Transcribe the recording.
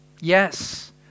Yes